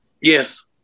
Yes